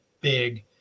big